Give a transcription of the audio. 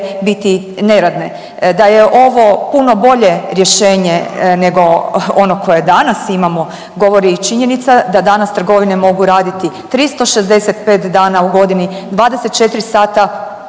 biti neradne. Da je ovo puno bolje rješenje nego onog kojeg danas imamo govori i činjenica da danas trgovine mogu raditi 365 dana u godini, 24 sata